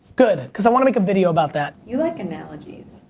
good, because i want to make a video about that. you like analogies.